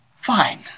fine